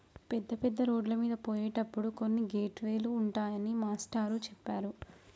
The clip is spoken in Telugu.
పెద్ద పెద్ద రోడ్లమీద పోయేటప్పుడు కొన్ని గేట్ వే లు ఉంటాయని మాస్టారు చెప్పారు